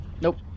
Nope